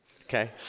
Okay